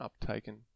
uptaken